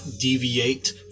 deviate